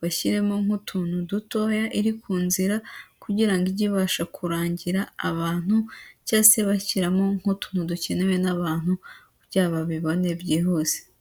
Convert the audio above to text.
bashyiremo nk'utuntu dutoya iri ku nzira kugira ngo ijye ibasha kurangira abantu cyangwa se bashyiramo nk'utuntu dukenewe n'abantu byaba bibone byihuse.